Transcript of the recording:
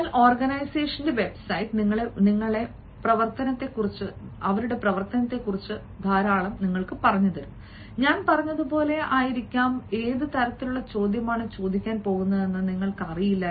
എന്നാൽ ഓർഗനൈസേഷന്റെ വെബ്സൈറ്റ് നിങ്ങളെ പ്രവർത്തനത്തെക്കുറിച്ച് ധാരാളം പറയും ഞാൻ പറഞ്ഞതുപോലെ ആയിരിക്കാം ഏത് തരത്തിലുള്ള ചോദ്യങ്ങളാണ് ചോദിക്കാൻ പോകുന്നതെന്ന് നിങ്ങൾക്കറിയില്ല